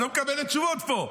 אני לא מקבלת תשובות פה.